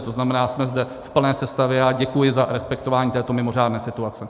To znamená, jsme zde v plné sestavě a děkuji za respektování této mimořádné situace.